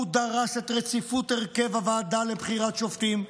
הוא דרס את רציפות הרכב הוועדה לבחירת שופטים,